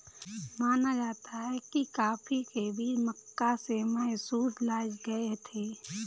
माना जाता है कि कॉफी के बीज मक्का से मैसूर लाए गए थे